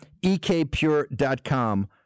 ekpure.com